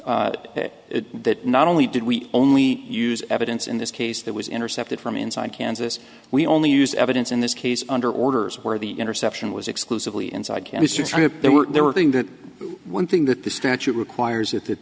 emphasize that not only did we only use evidence in this case that was intercepted from inside kansas we only used evidence in this case under orders where the interception was exclusively inside canisters trip there were there were thing that one thing that the statute requires that that